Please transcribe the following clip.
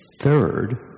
third